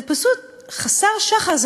זה פשוט חסר שחר,